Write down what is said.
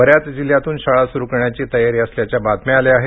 बऱ्याच जिल्ह्यांतून शाळा सुरू करण्याची तयारी असल्याच्या बातम्या आल्या आहेत